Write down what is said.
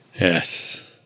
Yes